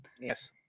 Yes